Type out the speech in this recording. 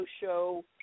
show